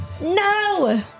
No